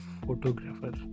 photographer